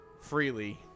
freely